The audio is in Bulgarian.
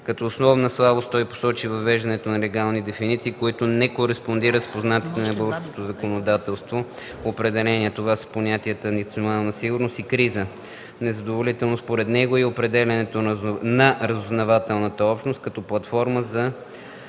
Като основна слабост той посочи въвеждането на легални дефиниции, които не кореспондират с познатите на българското законодателство определения. Такива са понятията „национална сигурност” и „криза”. Незадоволително, според него, е и определянето на „разузнавателната общност” като „платформа за